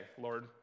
Lord